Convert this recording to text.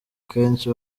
kenshi